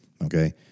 Okay